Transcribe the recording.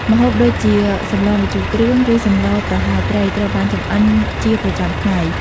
ម្ហូបដូចជា សម្លម្ជូរគ្រឿង ឬសម្លរប្រហើរត្រី ត្រូវបានចម្អិនជាប្រចាំថ្ងៃ។